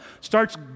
starts